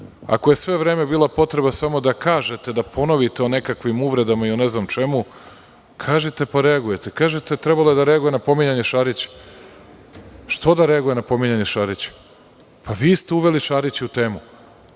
Ako je sve vreme bila potreba samo da kažete da ponovite o nekakvim uvredama i o ne znam čemu, kažite pa reagujte, kažite trebalo je da reaguje na pominjanje Šarića, što da reaguje na pominjanje Šarića? Vi ste uveli Šarića u temu.